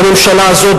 בממשלה הזאת,